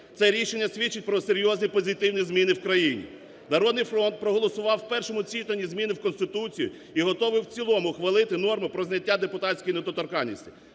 Це рішення свідчить про серйозні позитивні зміни в Україні. "Народний фронт" проголосував в першому читанні зміни в Конституцію і готовий в цілому хвалити норми про зняття депутатської недоторканності.